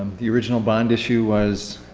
the original bond issue was,